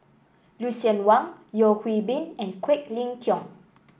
Lucien Wang Yeo Hwee Bin and Quek Ling Kiong